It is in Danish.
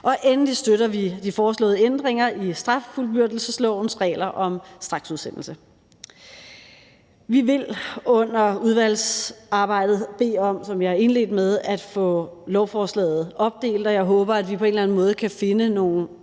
Endelig støtter vi de foreslåede ændringer i straffuldbyrdelseslovens regler om straksudsendelse. Vi vil under udvalgsarbejdet bede om – som jeg indledte med at sige – at få lovforslaget opdelt, og jeg håber, at vi på en eller anden måde kan finde nogle